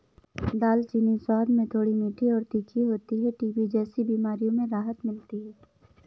दालचीनी स्वाद में थोड़ी मीठी और तीखी होती है टीबी जैसी बीमारियों में राहत मिलती है